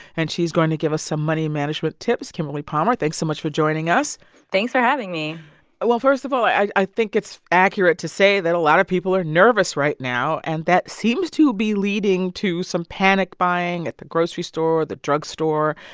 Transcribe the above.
and she's going to give us some money management tips kimberly palmer, thanks so much for joining us thanks for having me well, first of all, i i think it's accurate to say that a lot of people are nervous right now, and that seems to be leading to some panic buying at the grocery store or the drugstore.